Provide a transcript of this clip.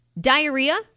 Diarrhea